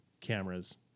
cameras